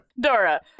Dora